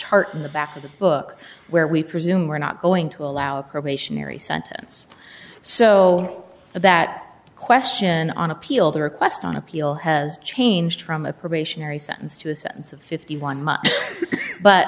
chart in the back of the book where we presume we're not going to allow a probationary sentence so that question on appeal the request on appeal has changed from a probationary sentence to a sentence of fifty one